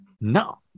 No